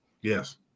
Yes